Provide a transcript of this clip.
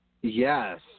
yes